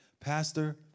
Pastor